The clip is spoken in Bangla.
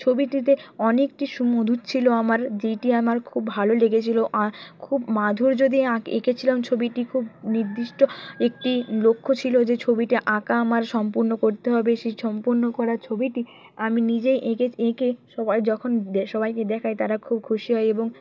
ছবিটিতে অনেকটি সুমধুর ছিল আমার যেইটি আমার খুব ভালো লেগেছিল খুব মাধুর্য দিয়ে এঁকেছিলাম ছবিটি খুব নির্দিষ্ট একটি লক্ষ্য ছিল যে ছবিটা আঁকা আমার সম্পূর্ণ করতে হবে সেই সম্পূর্ণ করা ছবিটি আমি নিজেই এঁকে এঁকে সবাই যখন দেয় সবাইকে দেখাই তারা খুব খুশি হয় এবং